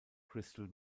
crystal